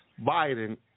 Biden